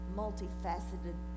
multifaceted